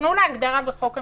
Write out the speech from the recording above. תפנו להגדרה בחוק המסגרת.